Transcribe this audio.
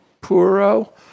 puro